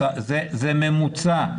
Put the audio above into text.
זה ממוצע.